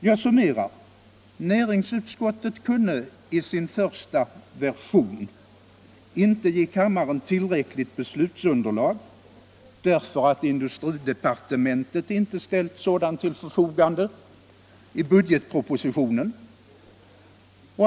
Jag summerar: Näringsutskottet kunde i den första versionen av sitt utlåtande inte ge kammaren tillräckligt beslutsunderlag, därför att industridepartementet inte ställt sådant till förfogande i budgetpropositionen.